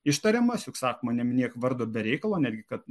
ištariamas juk sakoma neminėk vardo be reikalo netgi kad